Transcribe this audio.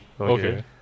Okay